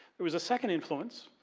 there was a second influence,